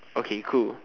okay cool